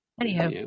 Anyhow